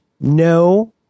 No